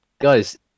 guys